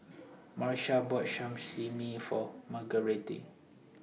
Marsha bought Sashimi For Margarete